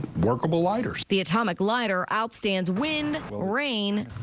workable lighters. the atomic lighter out stands when rain.